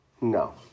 No